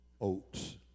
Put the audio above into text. oats